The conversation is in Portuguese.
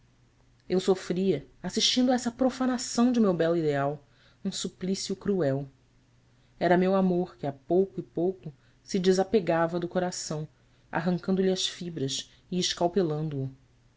eu sofria assistindo a essa profanação de meu belo ideal um suplício cruel era meu amor que a pouco e pouco se despegava do coração arrancando-lhe as fibras e